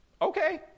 okay